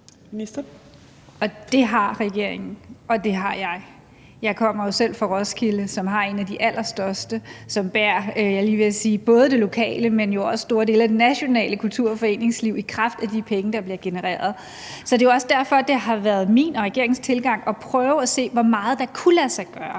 Det har regeringen, og det har jeg. Jeg kommer jo selv fra Roskilde, som har en af de allerstørste festivaler, som bærer, jeg er lige ved at sige både det lokale, men jo også store dele af det nationale kultur- og foreningsliv i kraft af de penge, der bliver genereret. Så det er jo også derfor, det har været min og regeringens tilgang at prøve at se, hvor meget der kunne lade sig gøre.